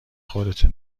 خودته